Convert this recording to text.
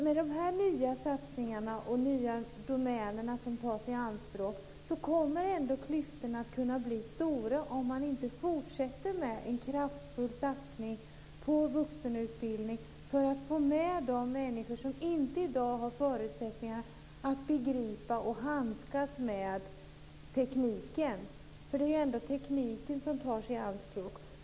Med de nya satsningarna och de nya domäner som tas i anspråk kommer ändå klyftorna att bli stora, om man inte fortsätter med en kraftfull satsning på vuxenutbildning för att få med de människor som i dag inte har förutsättningar för att begripa och handskas med tekniken. Det är ändå tekniken som tas i anspråk.